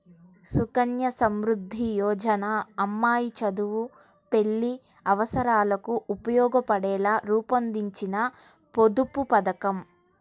సుకన్య సమృద్ధి యోజన అమ్మాయి చదువు, పెళ్లి అవసరాలకు ఉపయోగపడేలా రూపొందించిన పొదుపు పథకం